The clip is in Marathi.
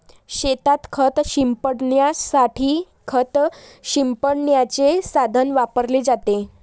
शेतात खत शिंपडण्यासाठी खत शिंपडण्याचे साधन वापरले जाते